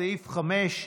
סעיף 5,